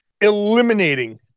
eliminating